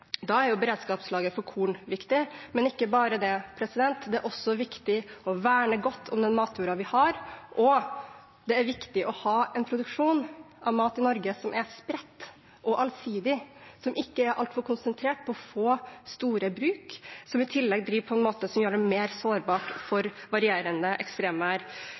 Da er beredskapslager for korn viktig, men ikke bare det, det er også viktig å verne godt om den matjorda vi har, og det er viktig å ha en produksjon av mat i Norge som er spredt og allsidig, som ikke er altfor konsentrert på få og store bruk, som i tillegg driver på en måte som gjør dem mer sårbare for varierende ekstremvær.